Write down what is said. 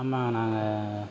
அம்மா நாங்கள்